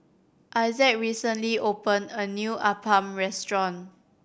Issac recently opened a new appam restaurant